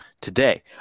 today